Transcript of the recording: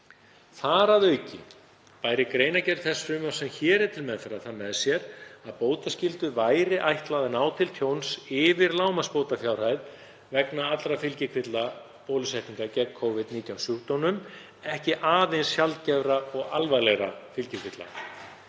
Þar að auki bæri greinargerð þess frumvarps sem hér er til meðferðar það með sér að bótaskyldu væri ætlað að ná til tjóns yfir lágmarksbótafjárhæð vegna allra fylgikvilla bólusetninga gegn Covid-19 sjúkdómnum, ekki aðeins sjaldgæfra og alvarlegra fylgikvilla.